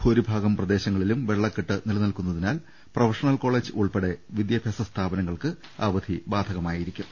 ഭൂരിഭാഗം പ്രദേശങ്ങളിലും വെള്ള ക്കെട്ട് നിലനിൽക്കുന്നതിനാൽ പ്രൊഫഷണൽ കോളേജ് ഉൾപ്പെടെ വിദ്യാഭ്യാസ സ്ഥാപനങ്ങൾക്ക് അവധി ബാധക മായിരിക്കും